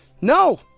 No